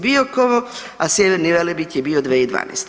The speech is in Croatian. Biokovo, a Sjeverni Velebit je bio 2012.